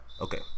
Okay